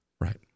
Right